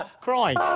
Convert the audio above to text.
crying